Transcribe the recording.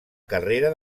carrera